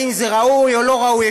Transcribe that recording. אם זה ראוי או לא ראוי.